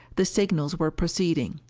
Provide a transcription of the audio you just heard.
the signals were proceeding.